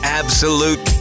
absolute